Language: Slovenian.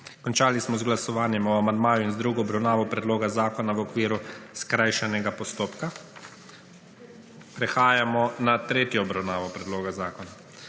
Končali smo z glasovanjem o amandmaju in z drugo obravnavo predloga zakona v okviru skrajšanega postopka. Prehajamo na tretjo obravnavo predloga zakona.